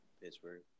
Pittsburgh